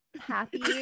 happy